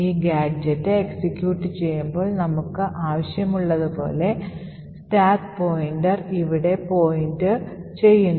ഈ gadget execute ചെയ്യുമ്പോൾ നമുക്ക് ആവശ്യമുള്ളതുപോലെ സ്റ്റാക്ക് പോയിന്റർ ഇവിടെ പോയിന്റു ചെയ്യുന്നു